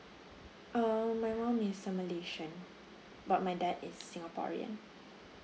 um my mum is a malaysian but my dad is singaporean